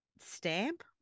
stamp